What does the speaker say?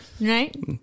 Right